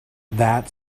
that